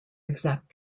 exact